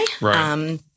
Right